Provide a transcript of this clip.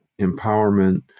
empowerment